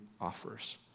offers